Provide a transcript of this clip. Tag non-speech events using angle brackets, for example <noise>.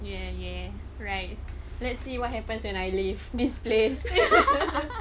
ya ya right let's see what happens when I leave this place <laughs>